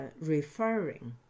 referring